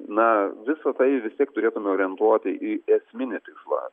na visa tai vis tiek turėtume orientuoti į esminį tikslą